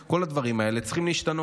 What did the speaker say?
כל הדברים האלה צריכים להשתנות.